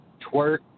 twerk